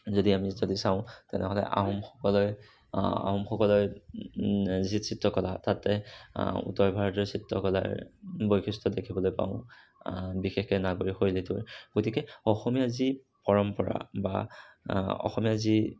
যদি আমি যদি চাঁও তেনেহ'লে আহোমসকলে আহোমসকলৰ যি চিত্ৰকলা তাতে উত্তৰ ভাৰতীয় চিত্ৰকলাৰ বৈশিষ্ট্য দেখিবলৈ পাওঁ বিশেষকৈ নাগৰিক শৈলীটোৰ গতিকে অসমীয়া যি পৰম্পৰা বা অসমীয়া যি